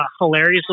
hilariously